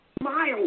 Miles